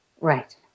Right